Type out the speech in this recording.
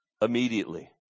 Immediately